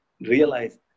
realize